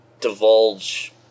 divulge